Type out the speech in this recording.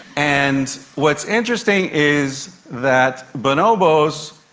and what's interesting is that bonobos.